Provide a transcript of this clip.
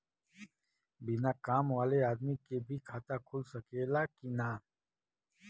बिना काम वाले आदमी के भी खाता खुल सकेला की ना?